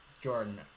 Jordan